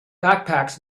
backpacks